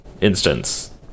instance